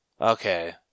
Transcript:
Okay